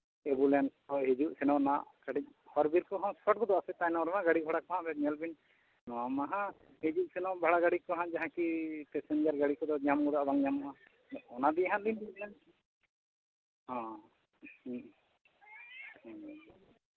ambulance ᱠᱚᱦᱚᱸ ᱦᱤᱡᱩᱜ ᱥᱮᱱᱚᱜ ᱨᱮᱱᱟᱜ ᱠᱟᱹᱴᱤᱡ ᱦᱚᱨᱼᱵᱤᱨ ᱠᱚᱦᱚᱸ ᱥᱚᱨᱴ ᱜᱚᱫᱚᱜᱼᱟ ᱥᱮ ᱛᱟᱭᱱᱚᱢ ᱨᱮᱢᱟ ᱜᱟᱹᱰᱤ ᱜᱷᱚᱲᱟ ᱠᱚᱦᱟᱸᱜ ᱧᱮᱞᱵᱤᱱ ᱱᱚᱣᱟ ᱢᱟ ᱦᱟᱸᱜ ᱦᱤᱡᱩᱜ ᱥᱮᱱᱚᱜ ᱵᱷᱟᱲᱟ ᱜᱟᱹᱰᱤᱠᱚ ᱦᱟᱸᱜ ᱡᱟᱦᱟᱸ ᱠᱤ ᱯᱮᱥᱮᱧᱡᱟᱨ ᱜᱟᱹᱰᱤ ᱠᱚᱫᱚ ᱧᱟᱢ ᱜᱚᱫᱚᱜᱼᱟ ᱥᱮ ᱵᱟᱝ ᱧᱟᱢᱚᱜᱼᱟ ᱚᱱᱟᱜᱮ ᱦᱟᱜᱞᱤᱧ ᱦᱮᱸ